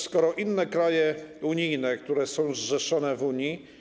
Skoro inne kraje unijne, które są zrzeszone w Unii.